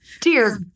Dear